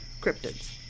cryptids